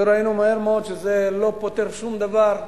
וראינו מהר מאוד שזה לא פותר שום דבר,